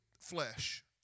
flesh